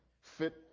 fit